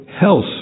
health